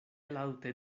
laŭte